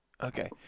Okay